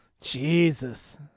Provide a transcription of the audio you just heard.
Jesus